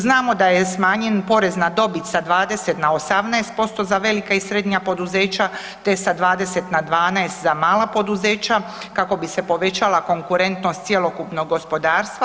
Znamo da je smanjen porez na dobit sa 20 na 18% za velika i srednja poduzeća te sa 20 na 12 za mala poduzeća kako bi se povećala konkurentnost cjelokupnog gospodarstva.